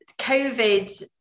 COVID